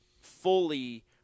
fully –